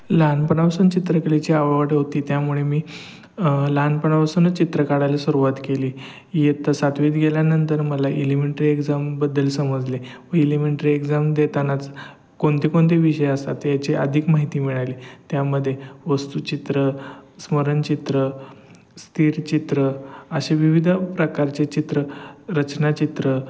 लहानपणापासून चित्रकलेची आवड होती त्यामुळे मी लहानपणापासूनच चित्र काढायला सुरुवात केली इयत्ता सातवीत गेल्यानंतर मला एलिमेंटरी एक्झामबद्दल समजले मी इलिमेंटरी एक्झाम देतानाच कोणते कोणते विषय असतात याची अधिक माहिती मिळाली त्यामध्ये वस्तूचित्र स्मरणचित्र स्थिरचित्र अशी विविध प्रकारची चित्र रचनाचित्र